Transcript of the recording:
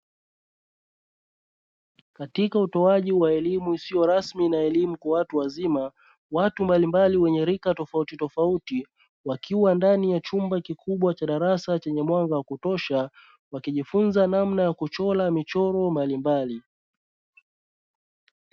Katika utoaji wa elimu isiyo rasmi na elimu kwa watu wazima, watu mbalimbali wenye rika tofauti tofauti wakiwa ndani ya chumba kikubwa cha darasa chenye mwanga wa kutosha wakijifunza namna ya kuchora michoro mbalimbali.